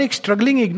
struggling